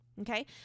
Okay